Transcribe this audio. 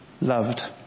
loved